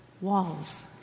walls